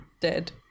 dead